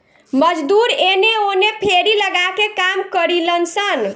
मजदूर एने ओने फेरी लगा के काम करिलन सन